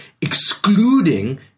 excluding